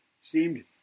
seemed